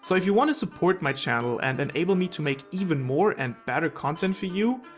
so if you want to support my channel and enable me to make even more and better content for you,